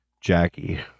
Jackie